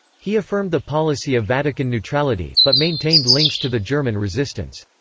he affirmed the policy of vatican neutrality, but maintained links to the german resistance.